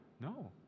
No